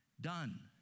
done